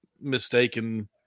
mistaken